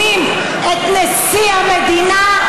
אתה תכף עולה.